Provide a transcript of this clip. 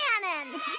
cannon